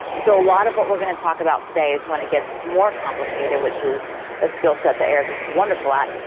so a lot of what we're going to talk about today is when it gets more complicated, which is a skill set that eric is wonderful at.